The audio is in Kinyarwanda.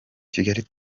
kigali